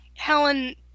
Helen